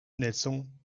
nelson